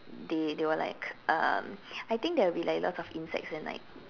they they were like uh I think there will be a lot insects and like